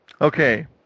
Okay